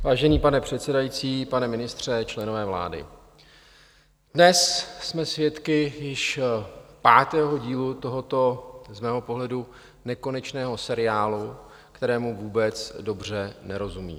Vážený pane předsedající, pane ministře, členové vlády, dnes jsme svědky již pátého dílu tohoto z mého pohledu nekonečného seriálu, kterému vůbec dobře nerozumím.